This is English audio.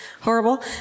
horrible